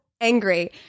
angry